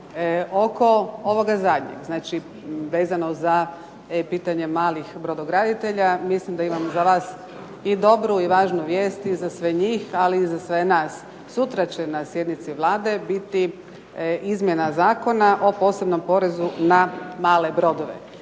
Oko ovoga zadnjeg, znači vezano za pitanje malih brodograditelja mislim da imam za vas i dobru i važnu vijest, i za sve njih, ali i za sve nas. Sutra će na sjednici Vlade biti izmjena Zakona o posebnom porezu na male brodove.